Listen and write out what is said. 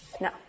no